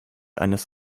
eines